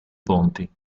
ponti